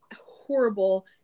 horrible